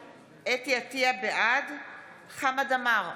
עטייה, בעד חמד עמאר,